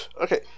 Okay